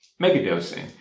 megadosing